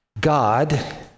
God